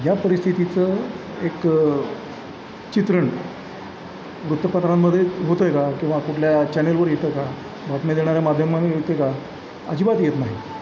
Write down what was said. या परिस्थितीचं एक चित्रण वृत्तपत्रांमध्ये होतं आहे का किंवा कुठल्या चॅनेलवर येतं का बातम्या देणाऱ्या माध्यमांत येते का अजिबात येत नाही